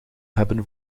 hebben